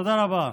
תודה רבה.